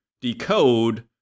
decode